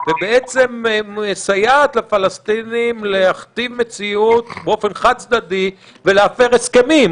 ובעצם מסייעת לפלסטינים להכתיב מציאות באופן חד-צדדי ולהפר הסכמים.